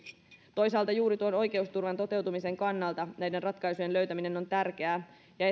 toisaalta juuri tuon oikeusturvan toteutumisen kannalta näiden ratkaisujen löytäminen on tärkeää ja